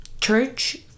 Church